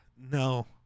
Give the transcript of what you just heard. no